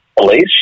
police